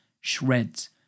shreds